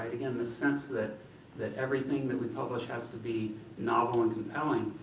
again, the sense that that everything that we publish has to be novel and compelling.